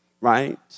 right